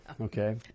Okay